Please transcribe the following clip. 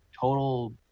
total